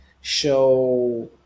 show